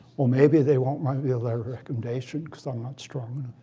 well, maybe they won't might be a recommendation because i'm not strong